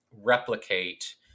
replicate